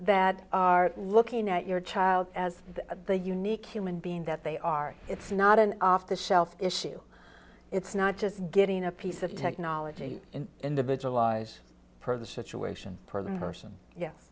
that are looking at your child as the unique human being that they are it's not an off the shelf issue it's not just getting a piece of technology in individualized for the situation program person and